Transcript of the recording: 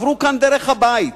עברו כאן דרך הבית,